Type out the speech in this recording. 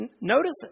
notice